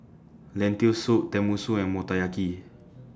Lentil Soup Tenmusu and Motoyaki